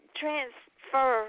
transfer